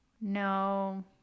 no